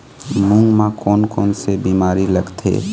मूंग म कोन कोन से बीमारी लगथे?